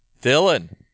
Dylan